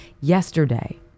yesterday